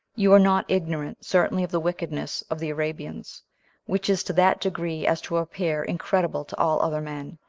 you are not ignorant certainly of the wickedness of the arabians which is to that degree as to appear incredible to all other men,